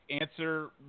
answer